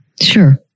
sure